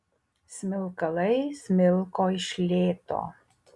smilkalai smilko iš lėto